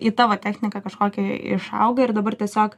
į tavo techniką kažkokią išauga ir dabar tiesiog